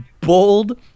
bold